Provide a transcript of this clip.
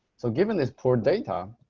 so given this poor data,